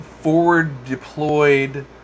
forward-deployed